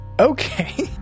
Okay